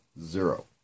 Zero